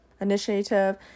initiative